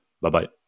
Bye-bye